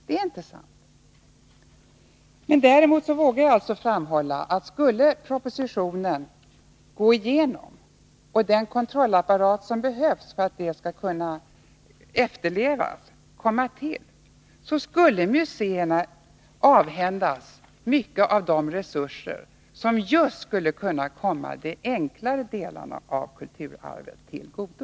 Däremot vågar jag alltså framhålla, att om propositionen skulle gå igenom, och den kontrollapparat komma till som behövs för att de bestämmelserna skall kunna efterlevas, skulle museerna avhändas mycket av de resurser som just skulle kunna komma de enklare delarna av kulturarvet till godo.